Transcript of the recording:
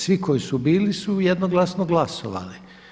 Svi koji su bili su jednoglasno glasovali.